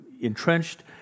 entrenched